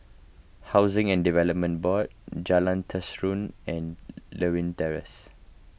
Housing and Development Board Jalan Terusan and Lewin Terrace